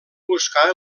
buscar